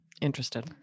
interested